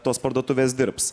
tos parduotuvės dirbs